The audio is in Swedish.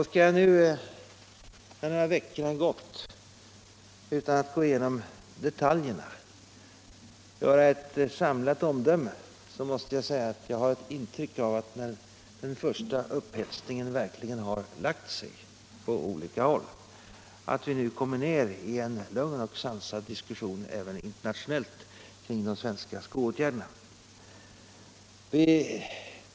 Skall jag nu, när några veckor har gått — utan att gå igenom detaljerna —- ge ett samlat omdöme måste jag säga att jag har intrycket av att vi nu, när den första upphetsningen verkligen har lagt sig på olika håll, kommer ned i en lugn och sansad diskussion även internationellt kring de svenska skoåtgärderna.